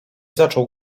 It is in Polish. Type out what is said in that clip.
zaczął